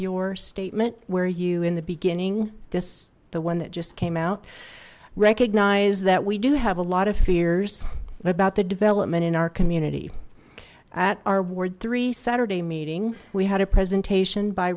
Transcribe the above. your statement where you in the beginning this the one that just came out recognized that we do have a lot of fears about the development in our community at our ward three saturday meeting we had a presentation by